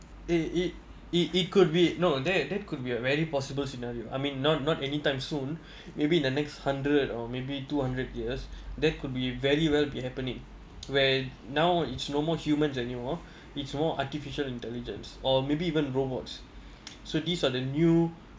it it it it could be no that that could be a very possible scenario I mean not not anytime soon maybe in the next hundred or maybe two hundred years there could be very well be happening where now it's no more humans anymore it's more artificial intelligence or maybe even robots so these are the new